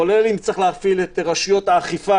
כולל אם צריך להפעיל את רשויות האכיפה,